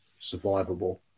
survivable